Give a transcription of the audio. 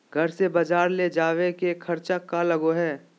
घर से बजार ले जावे के खर्चा कर लगो है?